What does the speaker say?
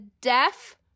deaf